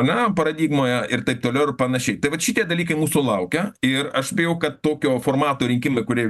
na paradigmoje ir taip toliau ir panašiai tai vat šitie dalykai mūsų laukia ir aš bijau kad tokio formato rinkimai kurie